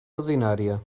ordinària